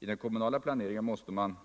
I den kommunala planeringen måste man